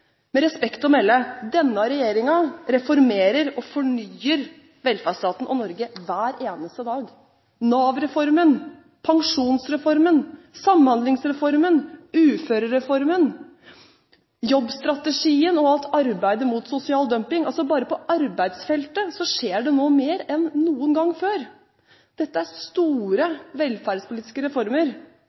Med respekt å melde: Denne regjeringen reformerer og fornyer velferdsstaten og Norge hver eneste dag – Nav-reformen, pensjonsreformen, Samhandlingsreformen, uførereformen, jobbstrategien og alt arbeidet mot sosial dumping. Bare på arbeidsfeltet skjer det nå mer enn noen gang før. Dette er store velferdspolitiske reformer,